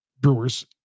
Brewers